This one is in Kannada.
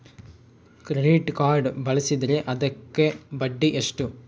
ಕ್ರೆಡಿಟ್ ಕಾರ್ಡ್ ಬಳಸಿದ್ರೇ ಅದಕ್ಕ ಬಡ್ಡಿ ಎಷ್ಟು?